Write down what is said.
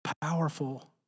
powerful